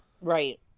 Right